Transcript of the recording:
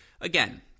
again